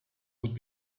would